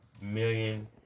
million